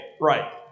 Right